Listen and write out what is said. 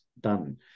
done